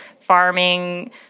farming